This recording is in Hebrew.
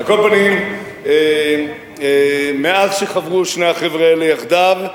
על כל פנים, מאז חברו שני החבר'ה האלה יחדיו,